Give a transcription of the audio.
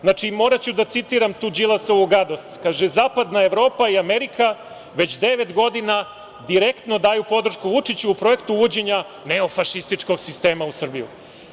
Znači, moraću da citiram tu Đilasovu gadost, kaže – zapadna Evropa i Amerika već devet godina direktno daju podršku Vučiću u projektu uvođenja neofašističkog sistema u Srbiju.